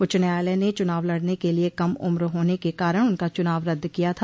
उच्च न्यायलय ने चुनाव लड़ने के लिए कम उम्र होने के कारण उनका चुनाव रद्द किया था